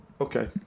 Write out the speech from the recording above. okay